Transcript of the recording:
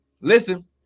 listen